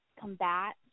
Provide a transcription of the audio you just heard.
combat